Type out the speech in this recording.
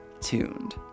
tuned